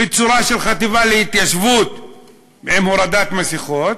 בצורה של חטיבה להתיישבות עם הורדת מסכות,